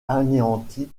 anéantie